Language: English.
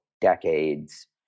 decades